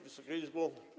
Wysoka Izbo!